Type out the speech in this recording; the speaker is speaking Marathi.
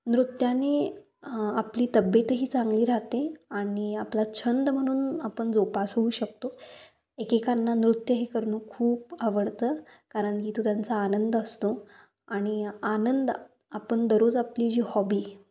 नृत्याने आपली तब्येतही चांगली राहते आणि आपला छंद म्हणून आपन जोपासु शकतो एकेकांना नृत्य हे करणं खूप आवडतं कारण की तो त्यांचा आनंद असतो आणि आनंद आपण दररोज आपली जी हॉबी